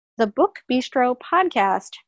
thebookbistropodcast